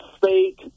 fake